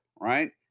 right